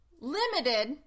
Limited